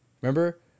Remember